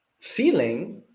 feeling